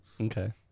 Okay